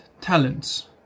talents